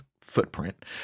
footprint